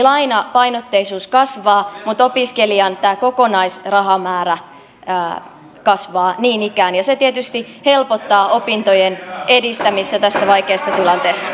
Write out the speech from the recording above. lainapainotteisuus kasvaa mutta opiskelijan kokonaisrahamäärä kasvaa niin ikään ja se tietysti helpottaa opintojen edistämistä tässä vaikeassa tilanteessa